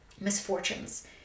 misfortunes